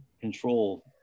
control